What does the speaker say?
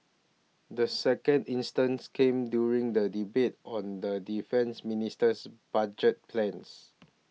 the second instance came during the debate on the Defence Minister's budget plans